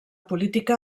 política